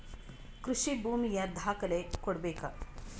ಕೃಷಿ ಭೂಮಿಯ ದಾಖಲೆ ಕೊಡ್ಬೇಕಾ?